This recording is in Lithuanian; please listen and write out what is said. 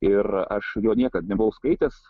ir aš jo niekad nebuvau skaitęs